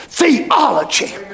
Theology